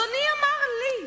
אדוני אמר לי: